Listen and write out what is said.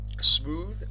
Smooth